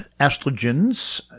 estrogens